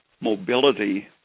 mobility